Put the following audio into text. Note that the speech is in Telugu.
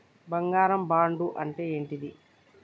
బంగారు బాండు అంటే ఏంటిది?